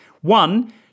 One